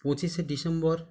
পঁচিশে ডিসেম্বর